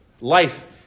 life